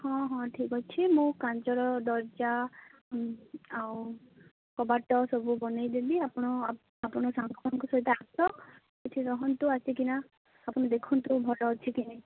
ହଁ ହଁ ଠିକ୍ ଅଛି ମୁଁ କାଁଚର ଦରଜା ଆଉ କବାଟ ସବୁ ବନାଇ ଦେବି ଆପଣ ଆପଣଙ୍କର ସାଙ୍ଗମାନଙ୍କ ସହିତ ଆସ ଏଠି ରହନ୍ତୁ ଆସିକିନା ଆପଣ ଦେଖନ୍ତୁ ଭଲ ଅଛି କି ନାହିଁ